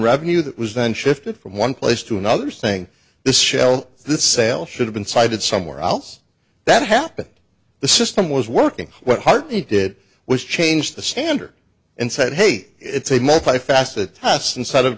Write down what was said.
revenue that was then shifted from one place to another saying this shell this sale should have been cited somewhere else that happened the system was working well hardly did was change the standard and said hey it's a multi faceted test instead of